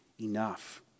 enough